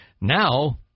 Now